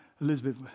Elizabeth